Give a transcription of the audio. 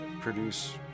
produce